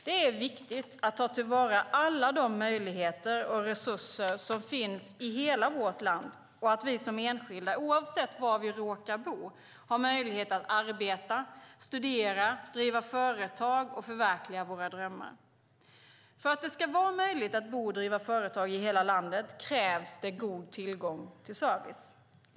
Det är viktigt att ta till vara alla de möjligheter och resurser som finns i hela vårt land och att vi som enskilda, oavsett var vi råkar bo, har möjlighet att arbeta, studera, driva företag och förverkliga våra drömmar. För att det ska vara möjligt att bo och driva företag i hela landet krävs det god tillgång till service.